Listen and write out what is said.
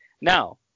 Now